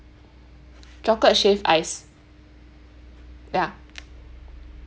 chocolate shaved ice ya